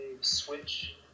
switch